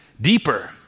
deeper